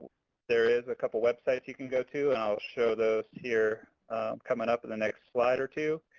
there is a couple websites you can go to. i'll show those here coming up in the next slide or two.